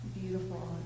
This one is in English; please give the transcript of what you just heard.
Beautiful